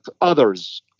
others